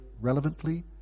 relevantly